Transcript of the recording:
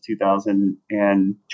2020